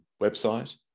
website